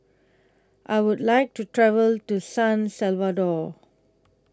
I Would like to travel to San Salvador